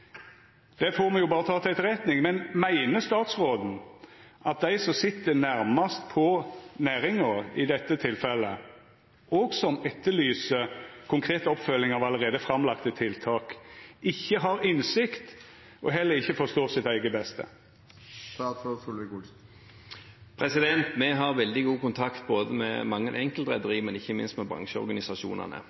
Det får me berre ta til etterretning. Men meiner statsråden at dei som sit nærmast på næringa i dette tilfellet, og som etterlyser konkret oppfølging av allereie framlagde tiltak, ikkje har innsikt og heller ikkje forstår sitt eige beste? Vi har veldig god kontakt med mange enkeltrederier, men ikke minst med